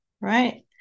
Right